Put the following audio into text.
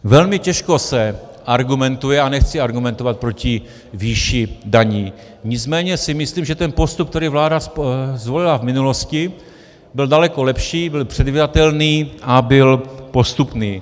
Velmi těžko se argumentuje, a nechci argumentovat proti výši daní, nicméně si myslím, že postup, který vláda zvolila v minulosti, byl daleko lepší, byl předvídatelný a byl postupný.